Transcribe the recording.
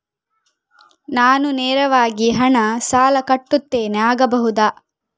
ನಾನು ನೇರವಾಗಿ ಹಣ ಸಾಲ ಕಟ್ಟುತ್ತೇನೆ ಆಗಬಹುದ?